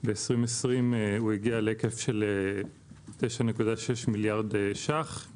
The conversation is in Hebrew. ב-2020 הוא הגיע להיקף של 9.6 מיליארד שקלים,